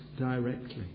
directly